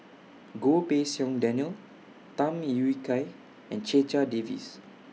Goh Pei Siong Daniel Tham Yui Kai and Checha Davies